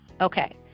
Okay